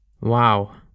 Wow